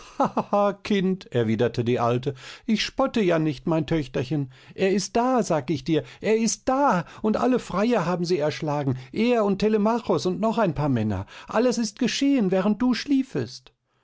kind erwiderte die alte ich spotte ja nicht mein töchterchen er ist da sag ich dir er ist da und alle freier haben sie erschlagen er und telemachos und noch ein paar männer alles ist geschehen während du schliefest